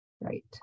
Right